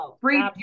free